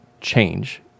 change